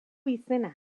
izena